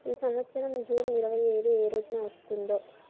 ఈ సంవత్సరం జూన్ ఇరవై ఏడు ఏ రోజున వస్తుందో